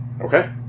Okay